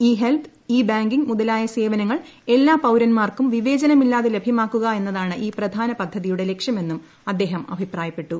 E health e banking മുതലായ സേവനങ്ങൾ എല്ലാ പൌരന്മാർക്കും വിവേചനമില്ലാതെ ലഭൃമാക്കുക എന്നതാണ് ഈ പ്രധാന പദ്ധതിയുടെ ലക്ഷ്യമെന്നും അദ്ദേഹം അഭിപ്രായപ്പെട്ടു